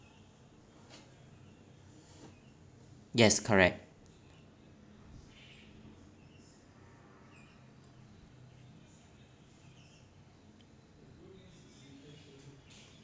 yes correct